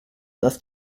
dass